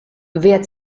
wer